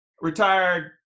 retired